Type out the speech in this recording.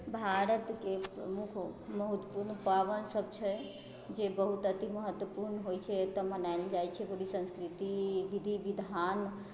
भारतके प्रमुख महत्वपूर्ण पाबनि सब छै जे बहुत अतिमहत्वपूर्ण होइत छै एतऽ मनायल जाइत छै संस्कृति विधि विधान